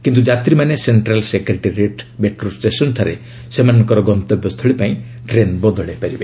କିନ୍ତୁ ଯାତ୍ରୀମାନେ central secretariat metro ଷ୍ଟେସନ୍ଠାରେ ସେମାନଙ୍କର ଗନ୍ତବ୍ୟ ସ୍ଥଳୀ ପାଇଁ ଟ୍ରେନ୍ ବଦଳାଇ ପାରିବେ